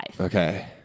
Okay